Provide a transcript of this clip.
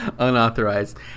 unauthorized